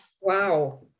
wow